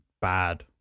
bad